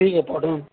ठीक आहे पाठवतो